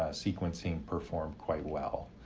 ah sequencing performed quite well,